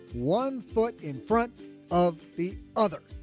one foot in front of the other,